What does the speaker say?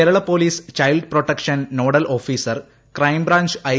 Kerala police child protection nodal ഓഫീസറായ crime branch I